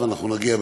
ואנחנו נגיע,